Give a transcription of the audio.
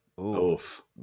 oof